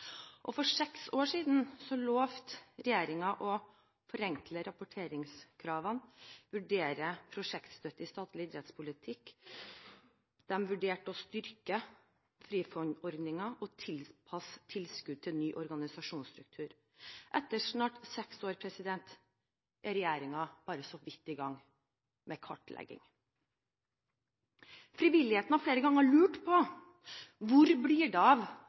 For seks år siden lovte regjeringen å forenkle rapporteringskravene og vurdere prosjektstøtte i statlig idrettspolitikk. De vurderte å styrke Frifondordningen og tilpasse tilskudd til ny organisasjonsstruktur. Etter snart seks år er regjeringen bare så vidt i gang med kartleggingen. Frivilligheten har flere ganger lurt på hvor det ble av